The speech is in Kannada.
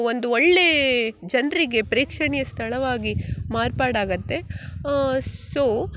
ಒಂದು ಒಳ್ಳೆಯ ಜನರಿಗೆ ಪ್ರೇಕ್ಷಣೀಯ ಸ್ಥಳವಾಗಿ ಮಾರ್ಪಾಡಾಗುತ್ತೆ ಸೊ